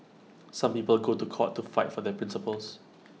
some people go to court to fight for their principles